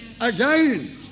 again